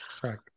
Correct